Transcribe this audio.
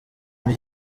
muri